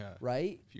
right